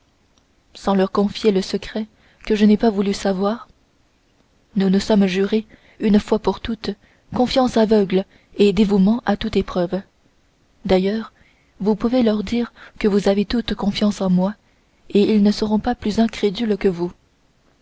sans leur confier le secret que je n'ai pas voulu savoir nous nous sommes juré une fois pour toutes confiance aveugle et dévouement à toute épreuve d'ailleurs vous pouvez leur dire que vous avez toute confiance en moi et ils ne seront pas plus incrédules que vous